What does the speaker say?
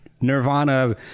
Nirvana